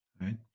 right